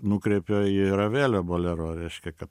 nukreipia į ravelio bolero reiškia kad